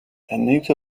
anita